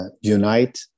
unite